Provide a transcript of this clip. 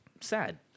sad